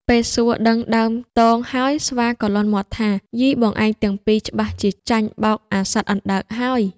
ពេលសួរដឹងដើមទងហើយ ស្វាក៏លាន់មាត់ថា៖ "យីបងឯងទាំងពីរ ច្បាស់ជាចាញ់បោកអាសត្វអណ្ដើកហើយ។